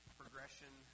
progression